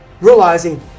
Realizing